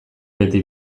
beti